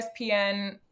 ESPN